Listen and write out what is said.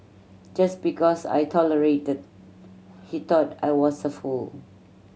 just because I tolerated he thought I was a fool